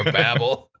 ah babel.